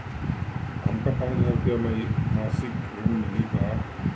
हमका पांच हज़ार रूपया के मासिक ऋण मिली का?